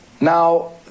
Now